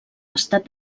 estat